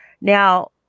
now